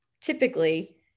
typically